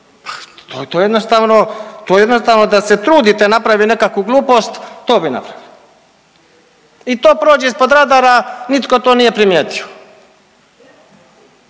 to jednostavno da se trudite napravite nekakvu glupost, to bi napravili i to prođe ispod radara, nitko to nije primijetio.